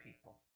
people